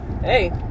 hey